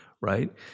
right